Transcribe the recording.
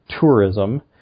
tourism